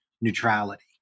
neutrality